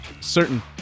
certain